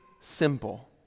simple